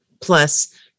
plus